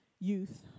youth